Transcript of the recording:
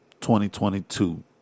2022